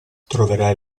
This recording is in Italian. troverai